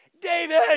David